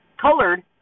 colored